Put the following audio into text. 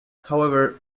however